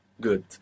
Good